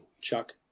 Chuck